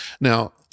now